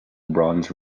bronze